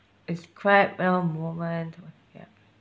describe a moment uh yup